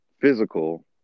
physical